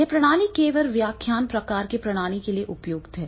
यह प्रणाली केवल व्याख्यान प्रकार की प्रणाली के लिए उपयुक्त है